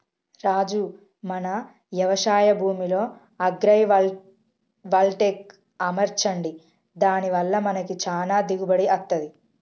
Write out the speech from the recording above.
రాజు మన యవశాయ భూమిలో అగ్రైవల్టెక్ అమర్చండి దాని వల్ల మనకి చానా దిగుబడి అత్తంది